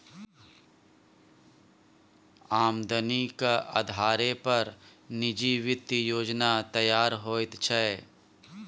आमदनीक अधारे पर निजी वित्तीय योजना तैयार होइत छै